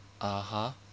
(uh huh)